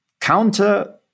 counter